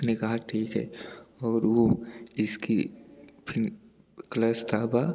उसने कहा ठीक है और वह इसकी फ़िर क्लच दबा